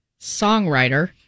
songwriter